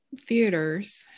theaters